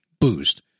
boost